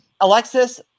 Alexis